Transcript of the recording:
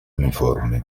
uniforme